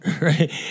right